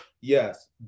yes